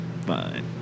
fine